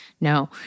No